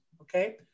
okay